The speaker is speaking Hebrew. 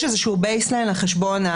יש איזשהו בייס-ליין לחשבון.